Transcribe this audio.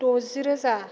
द'जि रोजा